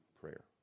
prayer